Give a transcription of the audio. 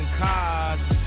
cars